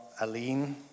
Aline